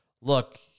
look